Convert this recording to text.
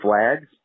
flags